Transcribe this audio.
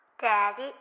Daddy